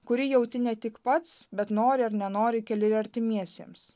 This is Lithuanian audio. kurį jauti ne tik pats bet nori ar nenori keli ir artimiesiems